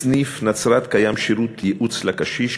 בסניף נצרת קיים שירות ייעוץ לקשיש,